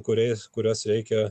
kuriais kuriuos reikia